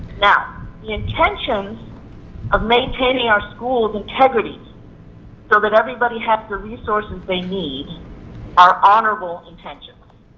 now the intentions of maintaining our schools integrity so that everybody has the resources they need our honorable intentions.